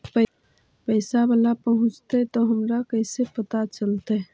पैसा बाला पहूंचतै तौ हमरा कैसे पता चलतै?